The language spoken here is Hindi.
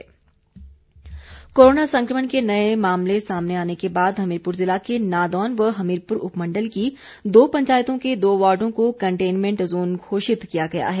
हमीरपुर कोरोना कोरोना संक्रमण के नए मामले सामने आने के बाद हमीरपुर ज़िला के नादौन व हमीरपुर उपमंडल की दो पंचायतों के दो वॉर्डो को कंटेनमेंट जोन घोषित किया गया है